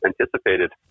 anticipated